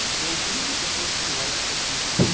dave, can you hit the first two light switches.